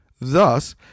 Thus